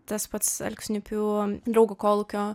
tas pats alksniupių draugo kolūkio